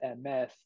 MS